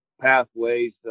pathways